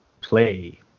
play